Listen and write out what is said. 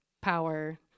power